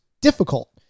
difficult